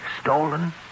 Stolen